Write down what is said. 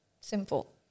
simple